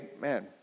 man